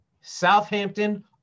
Southampton